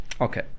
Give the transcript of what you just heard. Okay